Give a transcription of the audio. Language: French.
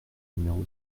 numéro